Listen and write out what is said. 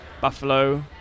Buffalo